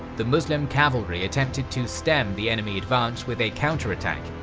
the muslim cavalry attempted to stem the enemy advance with a counterattack,